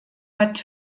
hat